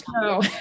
no